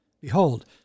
Behold